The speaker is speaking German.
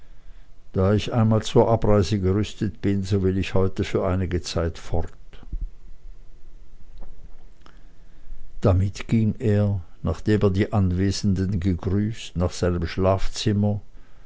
da ich einmal zur abreise gerüstet bin so will ich heute für einige zeit fort damit ging er nachdem er die anwesenden gegrüßt nach seinem schlafzimmer